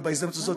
ובהזדמנות הזו,